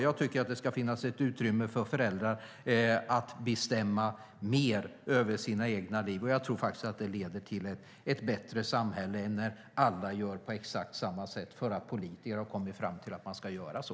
Jag tycker att det ska finnas ett utrymme för föräldrar att bestämma mer över sina egna liv. Jag tror att det leder till ett bättre samhälle än när alla gör på exakt samma sätt därför att politiker har kommit fram till att man ska göra så.